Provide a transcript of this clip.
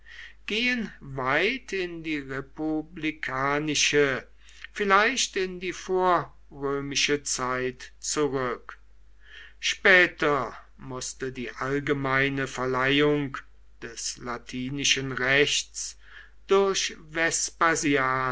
gehen weit in die republikanische vielleicht in die vorrömische zeit zurück später mußte die allgemeine verleihung des latinischen rechts durch